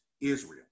Israel